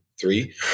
three